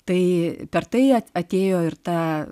tai per tai atėjo ir tą